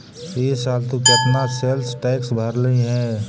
ई साल तु केतना सेल्स टैक्स भरलहिं हे